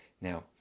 Now